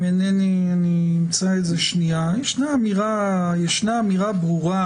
ישנה אמירה ברורה